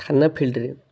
ଥାନା ଫିଲଡ଼ରେ